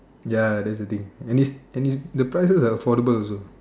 ya that's the thing and this and it's the prices are affordable also